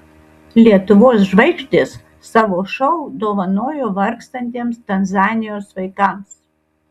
lietuvos žvaigždės savo šou dovanojo vargstantiems tanzanijos vaikams